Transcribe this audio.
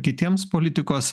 kitiems politikos